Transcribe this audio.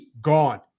gone